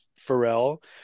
Pharrell